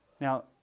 Now